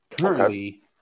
currently